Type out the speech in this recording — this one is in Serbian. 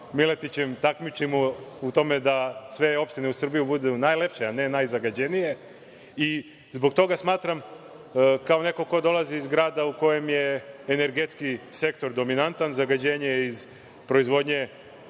Miletićem takmičimo u tome da sve opštine u Srbiji budu najlepše, a ne najzagađenije. Zbog toga smatram, kao neko ko dolazi iz grada u kojem je energetski sektor dominantan, zagađenje iz proizvodnje